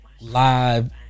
live